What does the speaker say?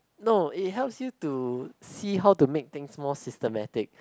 no it helps you to see how to make thing more systematic